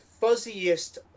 fuzziest